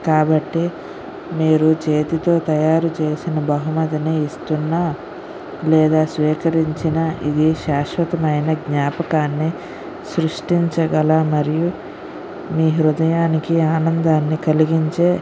కాబట్టి మీరు చేతితో తయారు చేసిన బహుమతిని ఇస్తున్న లేదా స్వీకరించిన ఇది శాశ్వతమైన జ్ఞాపకాన్ని సృష్టించగల మరియు మీ హృదయానికి ఆనందాన్ని కలిగించే